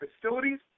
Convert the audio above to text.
facilities